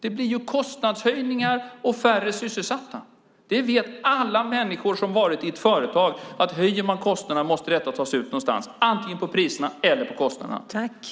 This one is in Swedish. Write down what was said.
Det blir kostnadshöjningar och färre sysselsatta. Alla människor som har arbetat i ett företag vet att om kostnaderna höjs måste de tas ut någonstans - antingen på priserna eller på andra kostnader.